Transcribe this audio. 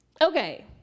Okay